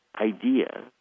idea